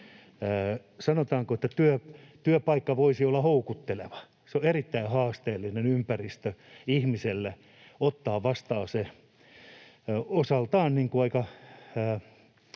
sanotaanko, työpaikka voisi olla houkutteleva. Se on erittäin haasteellinen ympäristö ihmiselle ottaa vastaan vankien osaltaan aika